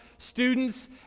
Students